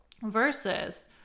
versus